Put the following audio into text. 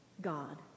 God